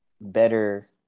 better